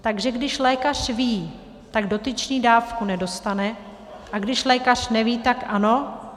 Takže když lékař ví, tak dotyčný dávku nedostane, a když lékaře neví, tak ano?